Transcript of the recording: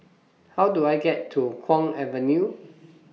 How Do I get to Kwong Avenue